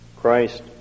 Christ